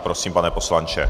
Prosím, pane poslanče.